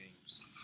games